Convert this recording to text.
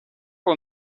può